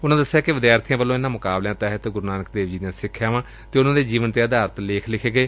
ਉਨੂਾਂ ਦੱਸਿਆ ਕਿ ਵਿਦਿਆਰਥੀਆਂ ਵੱਲੋਂ ਇਨ੍ਹਾਂ ਮੁਕਾਬਲਿਆਂ ਤਹਿਤ ਗੁਰੂ ਨਾਨਕ ਦੇਵ ਜੀ ਦੀਆਂ ਸਿੱਖਿਆਵਾਂ ਅਤੇ ਉਨ੍ਹਾਂ ਦੇ ਜੀਵਨ ਤੇ ਆਧਾਰਤ ਲੇਖ ਲਿਖੇ ਗਏ